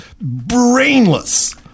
brainless